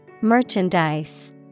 Merchandise